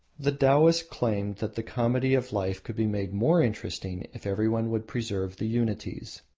the taoists claimed that the comedy of life could be made more interesting if everyone would preserve the unities.